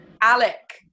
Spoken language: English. Alec